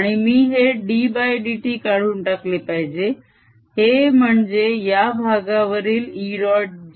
आणि मी हे ddt काढून टाकले पाहिजे हे म्हणजेया भागावरील E